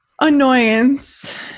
annoyance